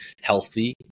healthy